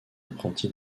apprenti